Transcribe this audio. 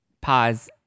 pause